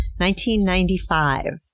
1995